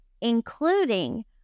including